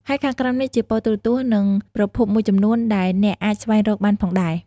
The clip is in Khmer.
ហើយខាងក្រោមនេះជាប៉ុស្តិ៍ទូរទស្សន៍ និងប្រភពមួយចំនួនដែលអ្នកអាចស្វែងរកបានផងដែរ។